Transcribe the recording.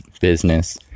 business